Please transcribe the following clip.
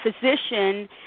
physician